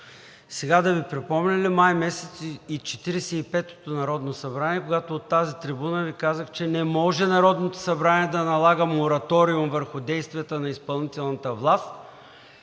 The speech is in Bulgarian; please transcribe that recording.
Сега да Ви припомня ли месец май и Четиридесет и петото народно събрание, когато от тази трибуна Ви казах, че не може Народното събрание да налага мораториум върху действията на изпълнителната власт,